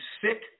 sick